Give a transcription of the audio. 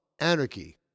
anarchy